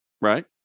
right